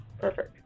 Perfect